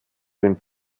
dem